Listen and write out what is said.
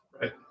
Right